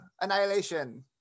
Annihilation